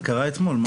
זה קרה אתמול.